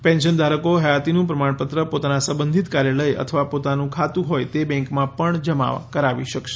pension ધારકો હયાતીનું પ્રમામપત્ર પોતાના સંબંધિત કાર્યાલય અથવા પોતાનું ખાતું હોય તે બેન્કમાં પણ જમા કરાવી શકશે